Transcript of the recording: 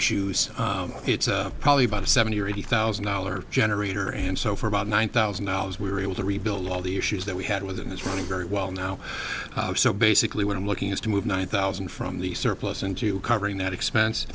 issues it's probably about a seventy or eighty thousand dollars generator and so for about one thousand dollars we were able to rebuild all the issues that we had with it is running very well now so basically what i'm looking is to move nine thousand from the surplus into covering that expense